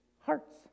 hearts